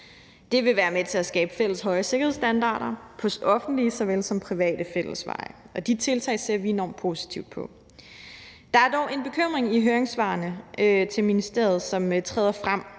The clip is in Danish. Det vil være med til at skabe fælles høje sikkerhedsstandarder på offentlige såvel som private fællesveje, og de tiltag ser vi enormt positivt på. Der er dog en bekymring i høringssvarene til ministeriet, som træder frem,